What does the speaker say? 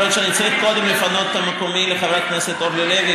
יכול להיות שאני צריך קודם לפנות את מקומי לחברת הכנסת אורלי לוי,